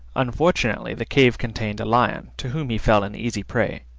unfortunately the cave contained a lion, to whom he fell an easy prey.